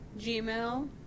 Gmail